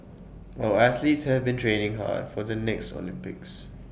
our athletes having been training hard for the next Olympics